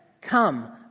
Come